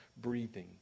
breathing